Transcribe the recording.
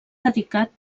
dedicat